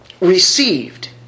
Received